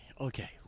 Okay